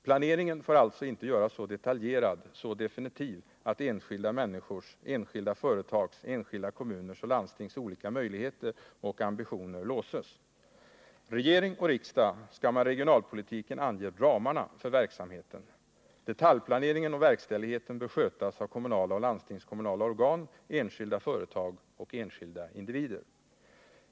Planeringen får alltså inte göras så detaljerad, så definitiv, att enskilda människors, enskilda företags, enskilda kommuners och landstings olika möjligheter och ambitioner låses. Regering och riksdag skall med regionalpolitiken ange ramarna för verksamheten. Detaljplaneringen och verkställigheten bör skötas av kommunala och landstingskommunala organ, enskilda företag och individer.